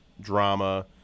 drama